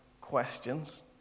questions